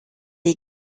est